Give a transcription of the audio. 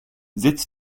sitz